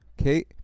Okay